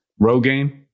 Rogaine